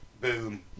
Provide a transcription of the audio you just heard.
Boom